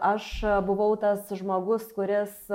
aš buvau tas žmogus kuris